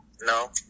No